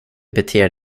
beter